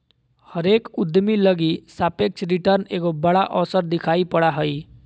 हरेक उद्यमी लगी सापेक्ष रिटर्न एगो बड़ा अवसर दिखाई पड़ा हइ